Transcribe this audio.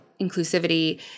inclusivity